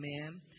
Amen